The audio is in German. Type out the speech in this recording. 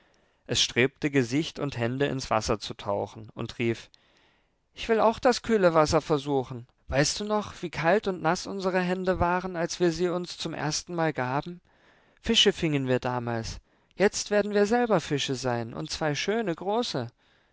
es strebte gesicht und hände ins wasser zu tauchen und rief ich will auch das kühle wasser versuchen weißt du noch wie kalt und naß unsere hände waren als wir sie uns zum erstenmal gaben fische fingen wir damals jetzt werden wir selber fische sein und zwei schöne große